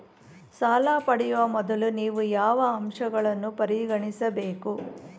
ಸಾಲ ಪಡೆಯುವ ಮೊದಲು ನೀವು ಯಾವ ಅಂಶಗಳನ್ನು ಪರಿಗಣಿಸಬೇಕು?